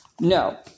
No